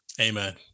Amen